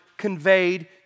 conveyed